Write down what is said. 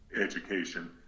education